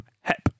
hep